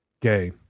gay